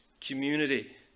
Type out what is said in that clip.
community